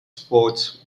sports